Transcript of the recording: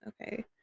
okay